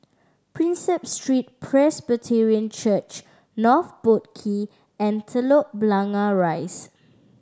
Prinsep Street Presbyterian Church North Boat Quay and Telok Blangah Rise